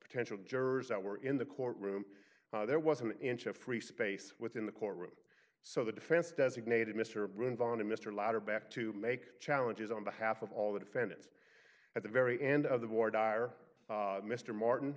potential jurors that were in the courtroom there was an inch of free space within the courtroom so the defense designated mr rouhani mr lacker back to make challenges on behalf of all the defendants at the very end of the war dire mr martin